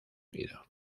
unido